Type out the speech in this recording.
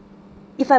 if I